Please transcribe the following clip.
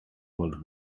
world